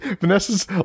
Vanessa's